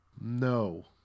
No